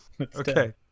Okay